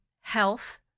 health